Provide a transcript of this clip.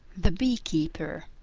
the bee-keeper